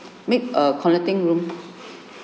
make a connecting room